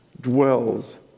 dwells